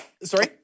Sorry